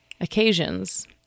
occasions